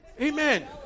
Amen